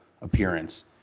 appearance